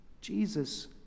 Jesus